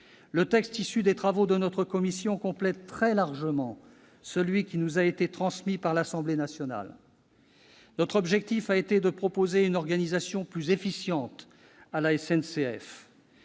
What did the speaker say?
le texte issu des travaux de notre commission complète très largement celui qui nous a été transmis par l'Assemblée nationale. Notre objectif a été de proposer une organisation plus efficiente de la SNCF.